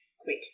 quick